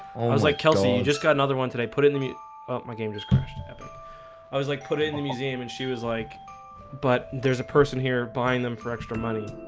was like kelsey you just got another one today put in the meet up my game just crashed i was like put it in the museum and she was like but there's a person here buying them for extra money